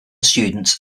students